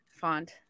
font